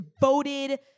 devoted